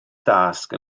dasg